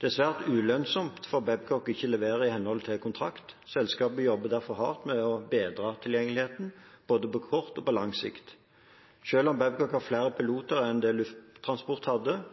Det er svært ulønnsomt for Babcock å ikke levere i henhold til kontrakt. Selskapet jobber derfor hardt med å bedre tilgjengeligheten på både kort og lang sikt. Selv om Babcock har flere piloter enn Lufttransport hadde,